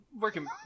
working